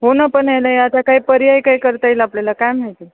हो ना पण याला या आता काय पर्याय काय करता येईल आपल्याला काय माहिती